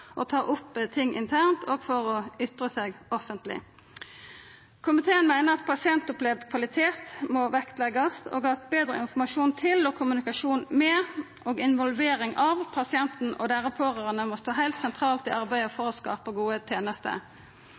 å ta opp ting internt og for å ytra seg offentleg. Komiteen meiner at pasientopplevd kvalitet må leggjast vekt på, og at betre informasjon til, kommunikasjon med og involvering av pasienten og deira pårørande må stå heilt sentralt i arbeidet for å skapa gode tenester.